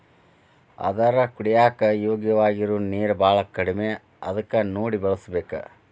ಆದರ ಕುಡಿಯಾಕ ಯೋಗ್ಯವಾಗಿರು ನೇರ ಬಾಳ ಕಡಮಿ ಅದಕ ನೋಡಿ ಬಳಸಬೇಕ